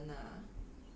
不喜欢